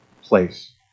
place